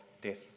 death